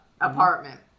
apartment